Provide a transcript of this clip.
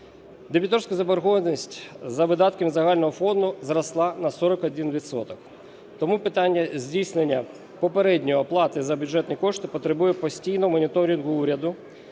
Дебіторська заборгованість за видатками загального фонду зросла на 41 відсоток. Тому питання здійснення попередньої оплати за бюджетні кошти потребує постійного моніторингу уряду